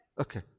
Okay